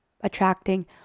attracting